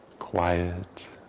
quiet.